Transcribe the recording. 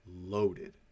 loaded